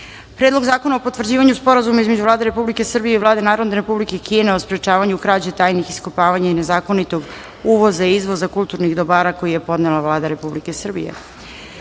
Predlog zakona o potvrđivanju Sporazuma između Vlade Republike Srbije i Vlade Narodne Republike Kine o sprečavanju krađe, tajnih iskopavanja i nezakonitog uvoza i izvoza kulturnih dobara, koji je podnela Vlada Republike Srbije;29.